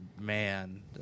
man